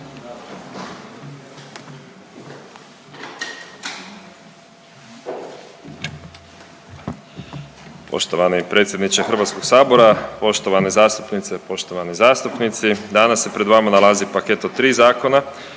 Poštovani predsjedniče Hrvatskog sabora, poštovane zastupnice i poštovani zastupnici, danas se pred vama nalazi paket od 3 zakona